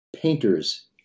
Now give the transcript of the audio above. painters